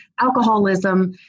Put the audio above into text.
alcoholism